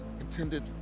intended